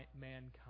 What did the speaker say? mankind